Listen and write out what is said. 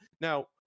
Now